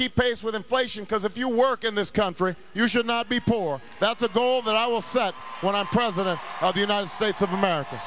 keep pace with inflation because if you work in this country you should not be poor that's a goal that i will set when i'm president of the united states of america